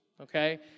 okay